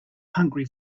hungry